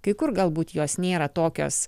kai kur galbūt jos nėra tokios